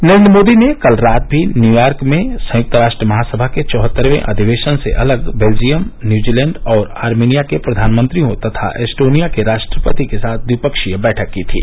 नरेन्द्र मोदी ने कल रात भी न्यूयॉर्क में संयुक्त राष्ट्र महासभा के चौहत्तरवें अधिवेशन से अलग बेल्जियम न्यूजीलैंड और आर्मीनिया के प्रधानमंत्रियों तथा एस्टोनिया के राष्ट्रपति के साथ द्विपक्षीय बैठक की थी